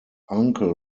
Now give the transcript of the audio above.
uncle